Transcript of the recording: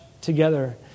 together